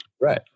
Right